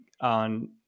on